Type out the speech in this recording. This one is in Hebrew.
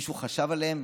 מישהו חשב עליהם?